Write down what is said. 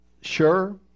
sure